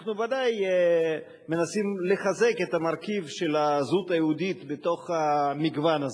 אנחנו בוודאי מנסים לחזק את המרכיב של הזהות היהודית בתוך המגוון הזה.